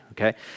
okay